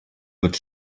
wird